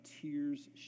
tears